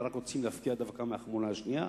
אלא רק רוצים להפקיע דווקא מהחמולה השנייה.